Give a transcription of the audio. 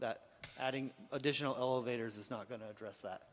that adding additional elevators is not going to address that